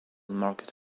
market